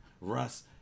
Russ